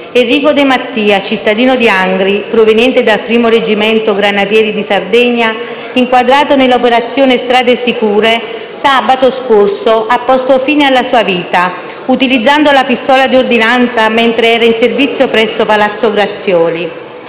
Enrico De Mattia, cittadino di Angri, proveniente dal 1° Reggimento granatieri di Sardegna, inquadrato nell'operazione Strade sicure, sabato scorso ha posto fine alla sua vita utilizzando la pistola di ordinanza mentre era in servizio presso Palazzo Grazioli.